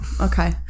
okay